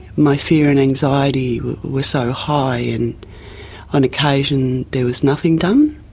my fear and anxiety were so high, and on occasion there was nothing done,